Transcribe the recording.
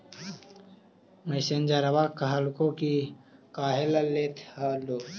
मैनेजरवा कहलको कि काहेला लेथ हहो?